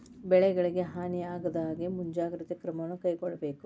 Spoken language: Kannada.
ಬೆಳೆಗಳಿಗೆ ಹಾನಿ ಆಗದಹಾಗೆ ಮುಂಜಾಗ್ರತೆ ಕ್ರಮವನ್ನು ಕೈಗೊಳ್ಳಬೇಕು